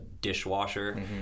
dishwasher